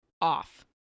off